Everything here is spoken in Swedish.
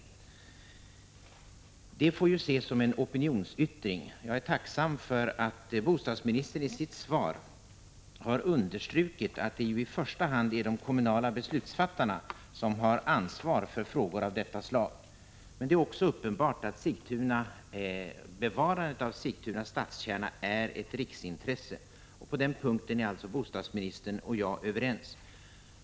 Det får ses som en riktig opinionsyttring. Jag är tacksam för att bostadsministern i sitt svar har understrukit att det i första hand är de kommunala beslutsfattarna som har ansvar för frågor av detta slag. Men det är också uppenbart att bevarandet av Sigtunas stadskärna är ett riksintresse. På den punkten är alltså bostadsministern och jag överens.